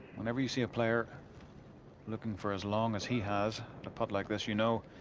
whenever you see a player looking for as long as he has to put like this. you know,